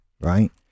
Right